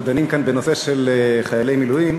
אנחנו דנים כאן בנושא של חיילי מילואים.